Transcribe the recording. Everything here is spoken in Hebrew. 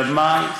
אלא מה?